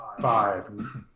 five